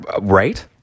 right